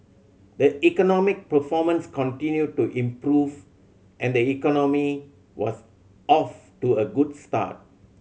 the economic performance continued to improve and the economy was off to a good start